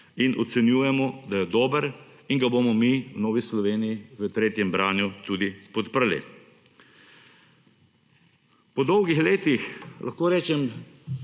in ocenjujemo, da je dober, zato ga bomo v Novi Sloveniji v tretjem branju tudi podprli. Po dolgih letih lahko rečem